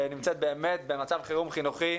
שבאמת נמצאת במצב חירום חינוכי,